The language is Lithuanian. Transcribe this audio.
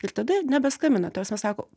ir tada nebeskambina ta prasme sako